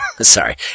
Sorry